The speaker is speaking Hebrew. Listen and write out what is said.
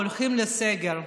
הולכים לסגר.